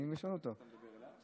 אתה מדבר אליי?